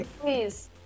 Please